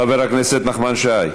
חבר הכנסת נחמן שי.